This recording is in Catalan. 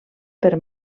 per